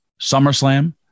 SummerSlam